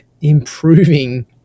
improving